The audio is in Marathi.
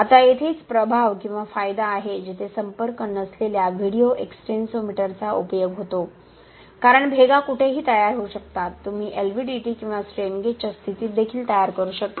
आता येथेच प्रभाव किंवा फायदा आहे जेथे संपर्क नसलेल्या व्हिडिओ एक्सटेन्सोमीटरचा उपयोग होतो कारण भेगा कुठेही तयार होऊ शकतात तुम्ही LVDT किंवा स्ट्रेन गेजच्या स्थितीत देखील तयार करू शकता